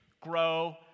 grow